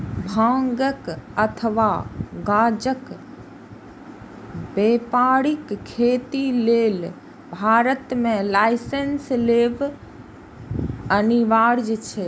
भांग अथवा गांजाक व्यावसायिक खेती लेल भारत मे लाइसेंस लेब अनिवार्य छै